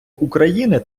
україни